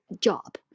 job